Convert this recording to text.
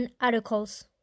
articles